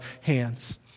hands